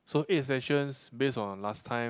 so eight sessions based on last time